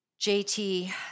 JT